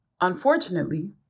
Unfortunately